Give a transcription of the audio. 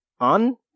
on